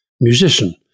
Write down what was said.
musician